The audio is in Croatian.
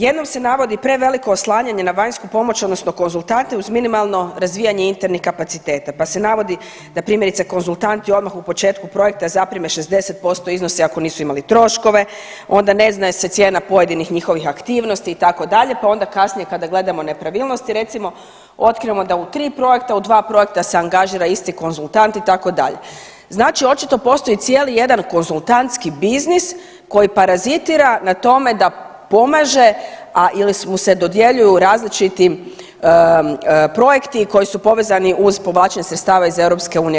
Jednom se navodi preveliko oslanjanje na vanjsku pomoć odnosno konzultante uz minimalno razvijanje internih kapaciteta, pa se navodi da primjerice konzultanti odmah u početku projekta zaprime 60% iznosa ako nisu imali troškove, onda ne zna se cijena pojedinih njihovih aktivnosti itd., pa onda kasnije kada gledamo nepravilnosti recimo otkrijemo da u 3 projekta u 2 projekta se angažira isti konzultant itd., znači očito postoji cijeli jedan konzultantski biznis koji parazitira na tome da pomaže ili mu se dodjeljuju različiti projekti koji su povezani uz povlačenje sredstava iz EU.